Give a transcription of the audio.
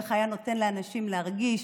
איך היה נותן לאנשים להרגיש